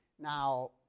Now